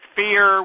fear